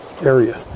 area